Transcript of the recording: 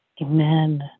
amen